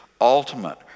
ultimate